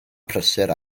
prysur